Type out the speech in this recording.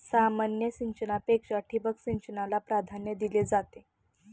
सामान्य सिंचनापेक्षा ठिबक सिंचनाला प्राधान्य दिले जाते